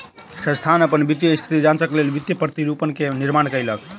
संस्थान अपन वित्तीय स्थिति जांचक लेल वित्तीय प्रतिरूपण के निर्माण कयलक